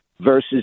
versus